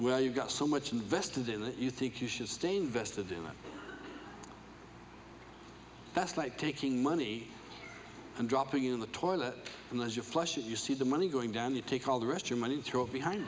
well you've got so much invested in it you think you should stay invested in it that's like taking money and dropping in the toilet unless you flush it you see the money going down you take all the rest your money throw behind